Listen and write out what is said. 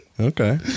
Okay